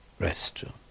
restroom